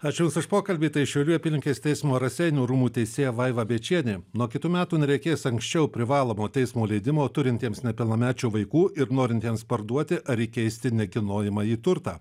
aš jums už pokalbį tai šiaulių apylinkės teismo raseinių rūmų teisėja vaiva bėčienė nuo kitų metų nereikės anksčiau privalomo teismo leidimo turintiems nepilnamečių vaikų ir norintiems parduoti ar įkeisti nekilnojamąjį turtą